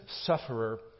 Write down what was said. sufferer